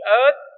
earth